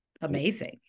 amazing